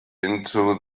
into